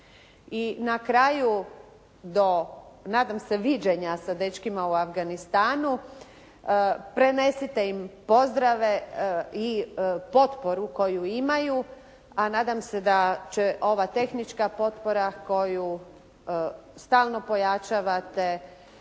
I na kraju do nadam se viđenja sa dečkima u Afganistanu prenesite im pozdrave i potporu koju imaju, a nadam se da će ova tehnička potpora koju stalno pojačavate